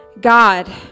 God